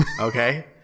okay